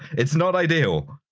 it's not ideal!